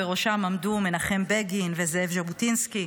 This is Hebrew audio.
בראשם עמדו מנחם בגין וזאב ז'בוטינסקי,